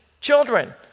children